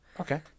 Okay